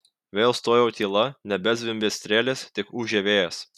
vėl stojo tyla nebezvimbė strėlės tik ūžė vėjas